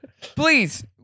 Please